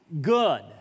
good